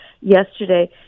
yesterday